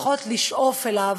לפחות לשאוף אליו,